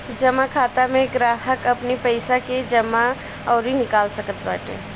जमा खाता में ग्राहक अपनी पईसा के जमा अउरी निकाल सकत बाटे